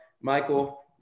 Michael